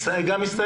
מזה את גם מסתייגת?